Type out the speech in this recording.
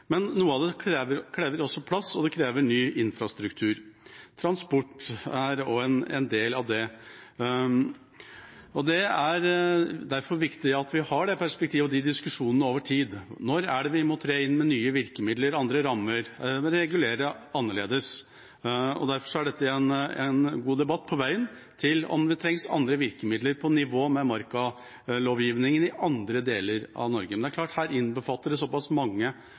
men noe av det krever også plass, og det krever ny infrastruktur. Transport er også en del av det. Det er derfor viktig at vi har det perspektivet og de diskusjonene over tid. Når er det vi må tre inn med nye virkemidler og andre rammer, regulere annerledes? Derfor er dette en god debatt på veien til om det trengs andre virkemidler på nivå med markalovgivningen i andre deler av Norge. Men det er klart at det innbefatter såpass mange